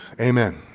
Amen